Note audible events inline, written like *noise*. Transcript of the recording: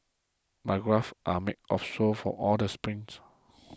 my calves are *unintelligible* sore from all the sprints